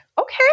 Okay